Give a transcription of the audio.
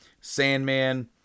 Sandman